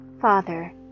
Father